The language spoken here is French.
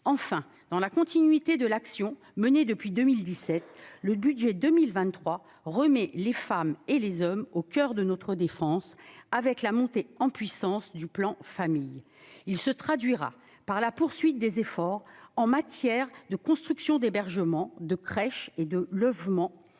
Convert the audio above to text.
Enfin, dans la continuité de l'action menée depuis 2017, le budget pour 2023 remet les femmes et les hommes au coeur de notre défense, avec la montée en puissance du plan Famille. Celui-ci se traduira par la poursuite des efforts en matière de construction d'hébergement, de crèches et de logements,